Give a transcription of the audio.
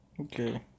Okay